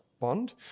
bond